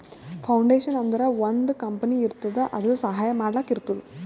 foundation ಅಂದುರ್ ಒಂದ್ company ಇರ್ತುದ್ ಅದು ಸಹಾಯ ಮಾಡ್ಲಕ್ ಇರ್ತುದ್